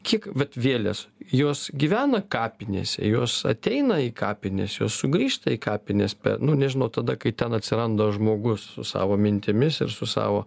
kiek vat vėlės jos gyvena kapinės jos ateina į kapines jos sugrįžta į kapines nu nežinau tada kai ten atsiranda žmogus su savo mintimis ir su savo